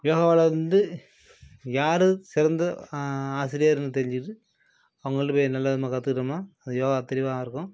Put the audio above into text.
யோகாவுலேருந்து யார் சிறந்த ஆசிரியர்னு தெரிஞ்சுக்கிட்டு அவங்கள்கிட்ட போய் நல்ல விதமாக கற்றுக்கிட்டோம்னா அந்த யோகா தெளிவாக இருக்கும்